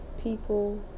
people